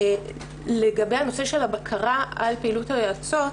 לגבי נושא הבקרה על פעילות היועצות,